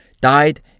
died